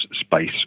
space